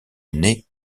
nez